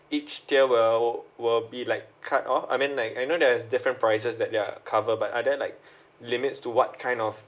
each tier will will be like cut off I mean like I know there's different prices that they're cover but are there like limits to what kind of